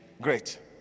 Great